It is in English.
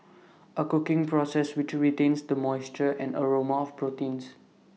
A cooking process which retains the moisture and aroma of proteins